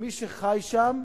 מי שחי שם